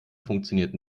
funktioniert